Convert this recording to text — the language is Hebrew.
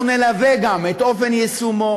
אנחנו נלווה את אופן יישומו